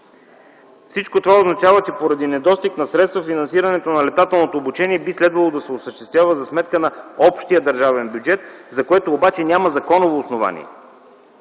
Всичко това означава, че поради недостиг на средства финансирането на летателното обучение би следвало да се осъществява за сметка на общия държавен бюджет, за което обаче няма законово основание.